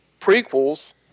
prequels